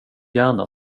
gärna